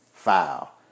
File